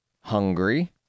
hungry